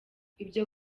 ibyo